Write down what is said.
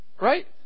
right